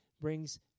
brings